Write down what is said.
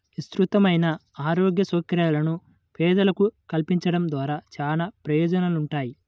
విస్తృతమైన ఆరోగ్య సౌకర్యాలను పేదలకు కల్పించడం ద్వారా చానా ప్రయోజనాలుంటాయి